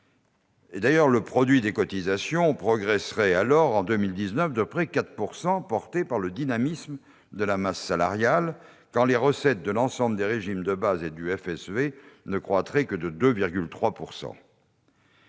la branche. Le produit des cotisations progresserait alors de près 4 % en 2019, porté par le dynamisme de la masse salariale, quand les recettes de l'ensemble des régimes de base et du FSV ne croîtraient que de 2,3 %.